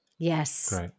Yes